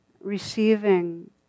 receiving